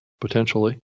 potentially